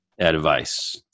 advice